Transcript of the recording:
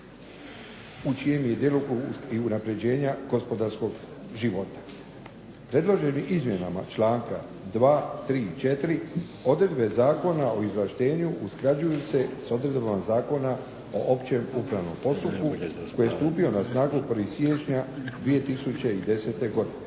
u čijem je djelokrugu i unapređenja gospodarskog života. Predloženim izmjenama članka 2., 3. i 4. odredbe Zakona o izvlaštenju usklađuju se s odredbama Zakona o općem upravnom postupku koji je stupio na snagu 1. siječnja 2010. godine.